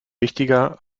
wichtiger